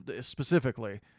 specifically